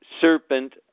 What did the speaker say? serpent